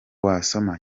wasoma